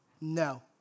No